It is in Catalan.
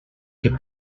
què